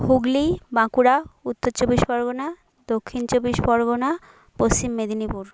হুগলি বাঁকুড়া উত্তর চব্বিশ পরগনা দক্ষিণ চব্বিশ পরগনা পশ্চিম মেদিনীপুর